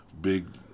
big